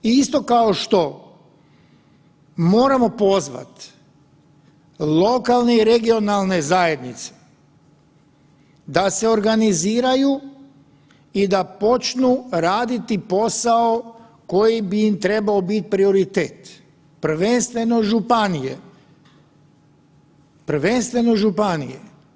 Isto kao što moramo pozvati lokalne i regionalne zajednice da se organiziraju i da počnu raditi posao koji bi im trebao biti prioritet, prvenstveno županije, prvenstveno županije.